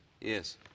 Yes